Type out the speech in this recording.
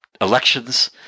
elections